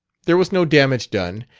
there was no damage done,